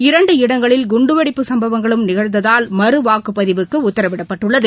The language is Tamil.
இரண்டு இடங்களில் குண்டுவெடிப்பு சம்பவங்களும் நிகழ்ந்ததால் மறுவாக்குப் பதிவுக்கு உத்தரவிடப்பட்டுள்ளது